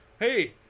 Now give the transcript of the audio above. Hey